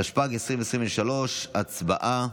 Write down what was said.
התשפ"ג 2023. הצבעה.